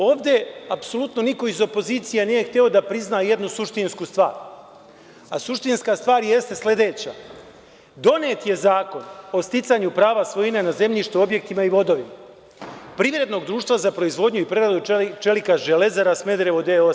Ovde, apsolutno niko iz opozicije nije hteo da prizna jednu suštinsku stvar, a suštinska stvar jeste sledeća – donet je Zakon o sticanju prava svojine na zemljištu, objektima i vodovima, privrednog društva za proizvodnju i preradu čelika „Železara Smederevo“ d.o.o.